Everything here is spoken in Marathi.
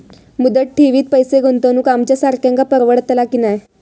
मुदत ठेवीत पैसे गुंतवक आमच्यासारख्यांका परवडतला की नाय?